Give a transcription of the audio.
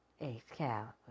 Excalibur